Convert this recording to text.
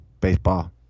baseball